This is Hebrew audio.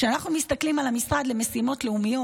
כשאנחנו מסתכלים על המשרדים למשימות לאומיות,